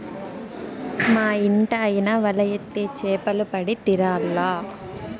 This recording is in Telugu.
మా ఇంటాయన వల ఏత్తే చేపలు పడి తీరాల్ల